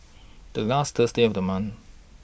The last Thursday of The month